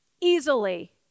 easily